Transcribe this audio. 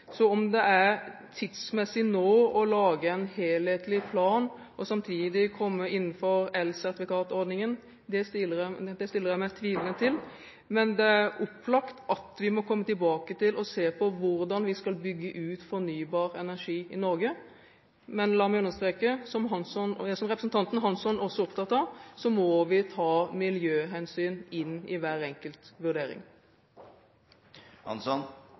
stiller jeg meg tvilende til, men det er opplagt at vi må komme tilbake til og se på hvordan vi skal bygge ut fornybar energi i Norge. Men la meg understreke, som representanten Hansson også er opptatt av, at vi må ta miljøhensyn inn i hver enkelt